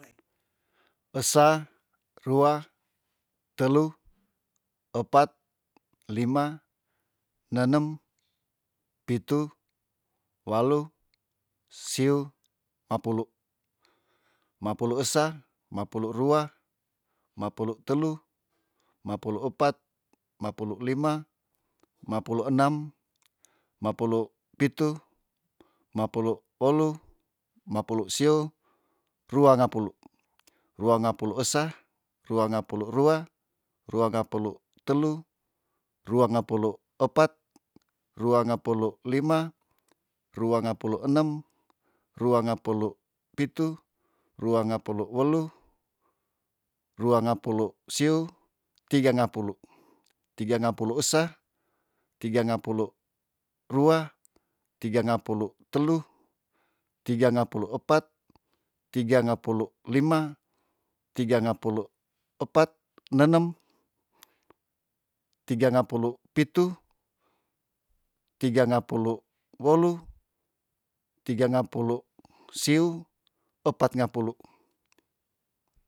Esa, rua, telu, epat, lima, nenem, pitu, walu, siu, mapulu, mapulu esa, mapulu rua, mapulu telu, mapulu epat, mapulu lima, mapulu enam, mapulu pitu, mapulu welu, mapulu siu, ruangapulu, ruangapulu esa, ruangapulu rua, ruangapulu telu, ruangapulu epat, ruangapulu lima, ruangapulu enem, ruangapulu pitu, ruangapulu welu, ruangapulu siu, tigangapulu, tigangapulu esa, tigangapulu rua, tigangapulu telu, tigangapulu epat, tigangapulu epat, tigangapulu lima, tigangapulu epat nenem, tigangapulu pitu, tigangapulu welu, tigangapulu siu, epatngapulu